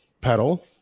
pedal